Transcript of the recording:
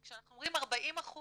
כשאנחנו אומרים 40%